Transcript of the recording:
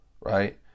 Right